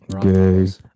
Good